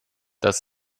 das